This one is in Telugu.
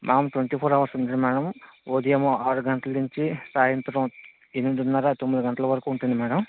మ్యాడమ్ ట్వంటీ ఫోర్ అవర్స్ ఉండదు మ్యాడమ్ ఉదయము ఆరు గంటల నించి సాయంత్రం ఎనిమిదిన్నర తొమ్మిది గంటల వరకు ఉంటుంది మ్యాడమ్